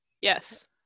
Yes